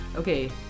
Okay